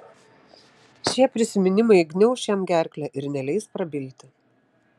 šie prisiminimai gniauš jam gerklę ir neleis prabilti